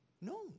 No